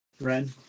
Ren